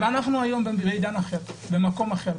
אבל אנחנו היום במקום אחר,